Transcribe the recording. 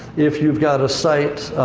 if you've got a site,